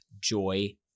joy